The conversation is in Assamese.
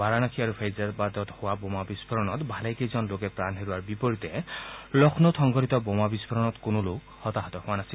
বাৰাণসী আৰু ফেইজাবাদত হোৱা বোমা বিস্ফোৰণত ভালে কেইজন লোকে প্ৰাণ হেৰুৱাৰ বিপৰীতে লক্ষ্ণৌত সংঘটিত বোমা বিস্ফোৰণত কোনো লোক হতাহত হোৱা নাছিল